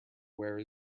where